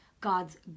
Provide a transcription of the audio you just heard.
God's